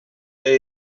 elle